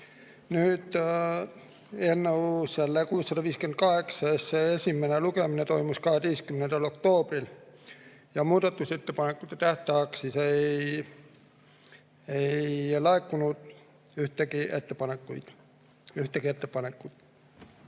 seadustes. Eelnõu 658 esimene lugemine toimus 12. oktoobril ja muudatusettepanekute tähtajaks ei laekunud ühtegi ettepanekut.